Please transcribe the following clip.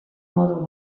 modu